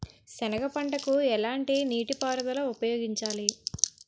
సెనగ పంటకు ఎలాంటి నీటిపారుదల ఉపయోగించాలి?